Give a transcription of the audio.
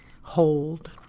hold